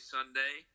Sunday